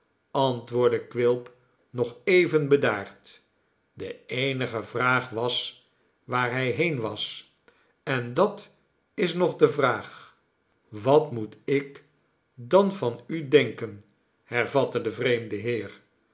antwoordde quilp nog even bedaard de eenige vraag was waar hij heen was en dat is nog de vraag wat moet ik dan van u denken hervatte de vreemde heer